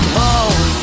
home